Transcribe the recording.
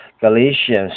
Galatians